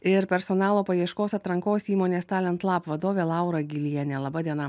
ir personalo paieškos atrankos įmonės talent lab vadovė laura gylienė laba diena